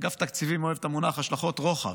אגף תקציבים אוהב את המונח השלכות רוחב,